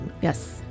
Yes